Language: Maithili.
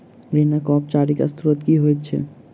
ऋणक औपचारिक स्त्रोत की होइत छैक?